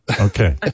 Okay